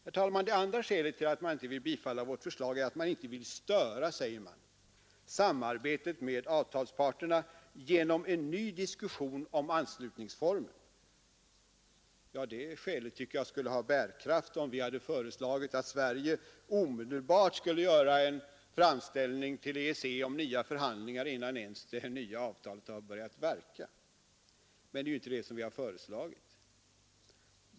Det andra skälet, herr talman, till att man inte vill biträda vårt förslag är att man inte vill störa, som man säger, samarbetet med avtalsparterna genom en ny diskussion om anslutningsformen. Ja, det skälet tycker jag skulle ha bärkraft om vi hade föreslagit att Sverige omedelbart skulle göra en framställning till EEC om nya förhandlingar, innan ens det avtal som vi nu diskuterar har hunnit börja verka. Men det har vi inte föreslagit.